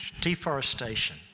deforestation